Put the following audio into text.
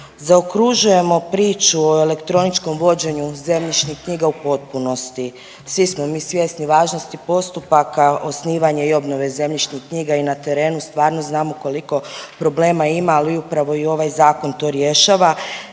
Zaokružujemo priču o elektroničkom vođenju zemljišnih knjiga u potpunosti. Svi smo mi svjesni važnosti postupaka osnivanje i obnove zemljišnih knjiga i na terenu stvarno znamo koliko problema ima, ali upravo i ovaj zakon to rješava.